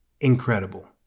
Incredible